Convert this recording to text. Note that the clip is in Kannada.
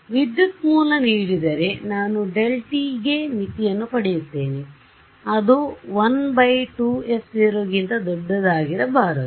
ಆದ್ದರಿಂದವಿದ್ಯುತ್ ಮೂಲ ನೀಡಿದರೆ ನಾನು Δt ಗೆ ಮಿತಿಯನ್ನು ಪಡೆಯುತ್ತೇನೆ ಅದು 12f0 ಗಿಂತ ದೊಡ್ಡದಾಗಿರಬಾರದು